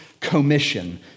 commission